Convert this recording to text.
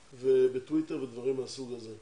בטוויטר ובדברים מהסוג הזה.